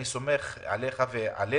אני סומך עליך ועלינו,